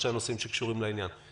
שלושה נושאים שקשורים לעניין מול איתמר.